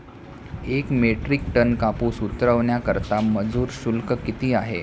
एक metric tonne कापूस उतरवण्याकरता मजूर शुल्क किती आहे?